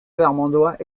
vermandois